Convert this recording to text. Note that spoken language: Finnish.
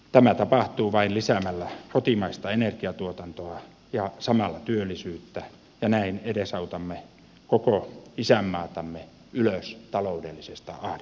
tämä tapahtuu vain lisäämällä kotimaista energiantuotantoa ja samalla työllisyyttä ja näin edesautamme koko isänmaatamme ylös taloudellisesta ahdingosta